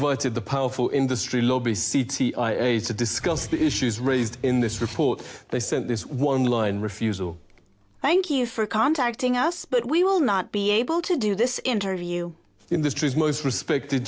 invited the powerful industry lobby to discuss the issues raised in this report they sent this one line refusal thank you for contacting us but we will not be able to do this interview industry's most respected